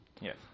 yes